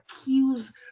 accuse